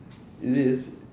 it is